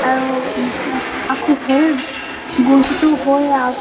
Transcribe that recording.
એનું આખું શરીર ગુંજતું હોય